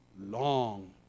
long